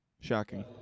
Shocking